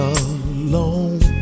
alone